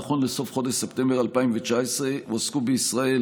נכון לסוף חודש ספטמבר 2019 הועסקו בישראל